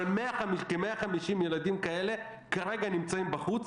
אבל כ-150 ילדים כאלה כרגע נמצאים בחוץ,